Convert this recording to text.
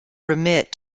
remit